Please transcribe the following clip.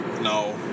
No